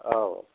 औ